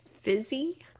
fizzy